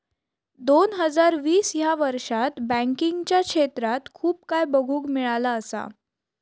दोन हजार वीस ह्या वर्षात बँकिंगच्या क्षेत्रात खूप काय बघुक मिळाला असा